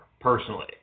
personally